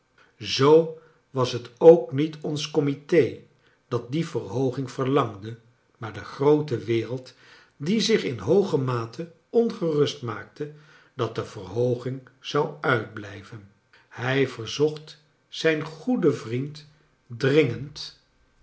zoo was het ook niet ons comite dat die verhooging verlangde maar de groote wereld die zich in hooge mate ongerust maakte dat de verhooging zou uitblijven hij verzocht zijn goeden vriend drmgend